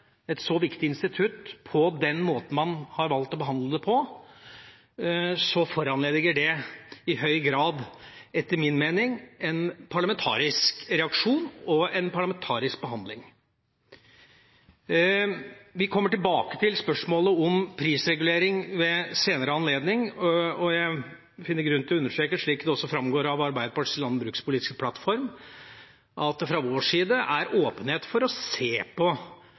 et så viktig institutt på den måten man har gjort. Det foranlediger i høy grad etter min mening en parlamentarisk reaksjon og en parlamentarisk behandling. Vi kommer tilbake til spørsmålet om prisregulering ved en senere anledning, og jeg finner grunn til å understreke, slik det også framgår av Arbeiderpartiets landbrukspolitiske plattform, at vi fra vår side er åpne for å se på